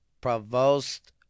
provost